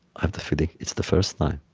i have the feeling it's the first time.